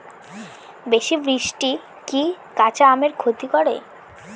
বেশি বৃষ্টি কি কাঁচা আমের ক্ষতি করে?